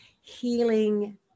healing